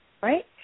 right